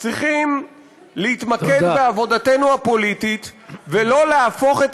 צריכים להתמקד בעבודתנו הפוליטית ולא להפוך את